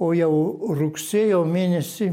o jau rugsėjo mėnesį